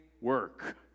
work